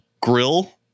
grill